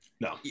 No